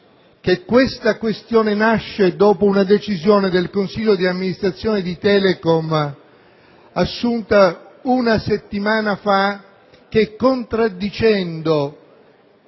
presente questione è sorta dopo una decisione del consiglio d'amministrazione di Telecom assunta una settimana fa che, contraddicendo